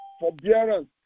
Forbearance